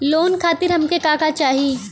Loan खातीर हमके का का चाही?